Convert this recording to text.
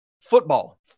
football